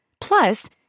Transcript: Plus